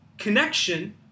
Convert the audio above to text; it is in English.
connection